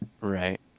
right